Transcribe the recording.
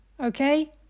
Okay